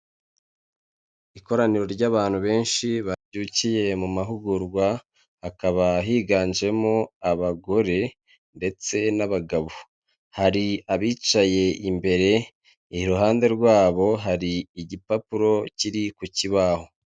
Ikoraniro ry'abantu benshi babyukiye mu mahugurwa, hakaba higanjemo abagore ndetse n'abagabo hari abicaye imbere, iruhande rwabo hari igipapuro kiri ku kibaho.